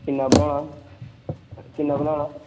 किन्ना बनाना किन्ना बनाना